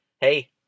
hey